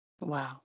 Wow